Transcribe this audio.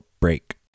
break